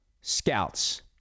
scouts